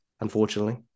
unfortunately